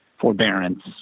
forbearance